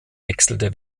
wechselte